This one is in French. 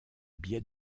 biais